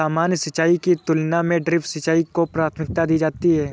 सामान्य सिंचाई की तुलना में ड्रिप सिंचाई को प्राथमिकता दी जाती है